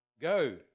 go